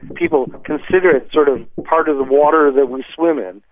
people consider it sort of part of the water that we swim in.